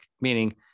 meaning